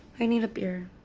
i need a beer.